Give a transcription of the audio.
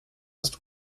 ist